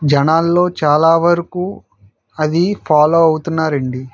జనాలలో చాలా వరకు అది ఫాలో అవుతున్నారు అండి